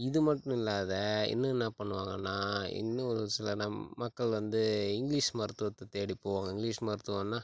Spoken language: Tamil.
இது மட்டுமில்லாத இன்னும் என்ன பண்ணுவாங்கன்னா இன்னும் ஒரு சில நம் மக்கள் வந்து இங்கிலீஷ் மருத்துவத்தைத் தேடிப் போவாங்க இங்கிலீஷ் மருத்துவம்னா